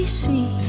see